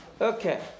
Okay